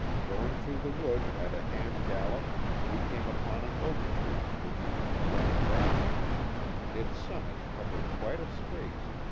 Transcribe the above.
going through the wood at a hand-gallop we came upon an oak-tree which had been blown down its summit covered quite a space,